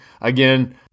Again